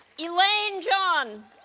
elaine jeon